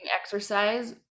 exercise